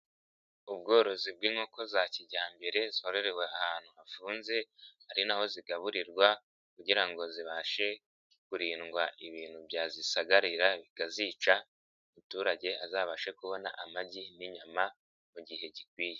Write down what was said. Ubworozi bw'inkoko za kijyambere, zororewe ahantu hafunze, ari na ho zigaburirwa kugira ngo zibashe kurindwa ibintu byazisagarira, bikazica, umuturage azabashe kubona amagi n'inyama mu gihe gikwiye.